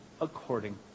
according